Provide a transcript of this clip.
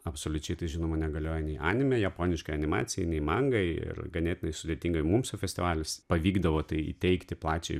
absoliučiai tai žinoma negalioja nei anime japoniškai animacijai nei mangai ir ganėtinai sudėtingai mums festivalis pavykdavo tai įteigti plačiajai